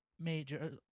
major